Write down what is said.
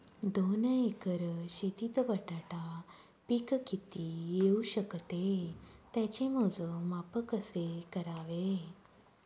दोन एकर शेतीत बटाटा पीक किती येवू शकते? त्याचे मोजमाप कसे करावे?